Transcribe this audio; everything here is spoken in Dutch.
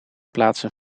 plaatsen